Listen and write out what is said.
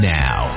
now